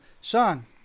Sean